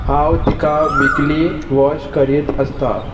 हांव तिका विकली वॉश करीत आसतां